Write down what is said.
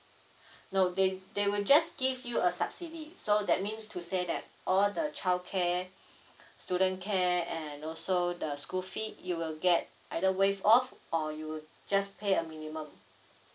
no they they will just give you a subsidy so that means to say that all the childcare student care and also the school fee you will get either waived off or you just pay a minimum